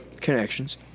connections